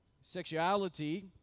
Sexuality